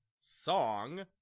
Song